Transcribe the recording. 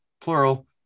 plural